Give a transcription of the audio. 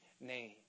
name